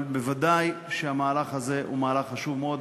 אבל ודאי שהמהלך הזה הוא מהלך חשוב מאוד.